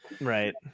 Right